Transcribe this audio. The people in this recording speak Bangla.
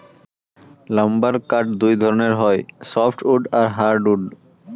লাম্বার কাঠ দুই ধরণের হই সফ্টউড আর হার্ডউড